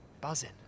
buzzing